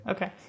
Okay